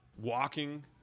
walking